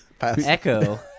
Echo